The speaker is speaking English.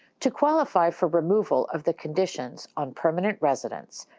to qualify for removal of the conditions on permanent residence,